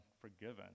forgiven